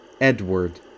Edward